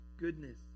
Goodness